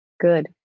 Good